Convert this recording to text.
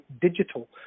digital